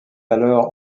alors